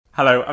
Hello